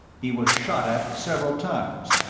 he was shot at, several times,